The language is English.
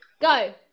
Go